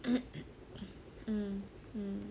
hmm mm mm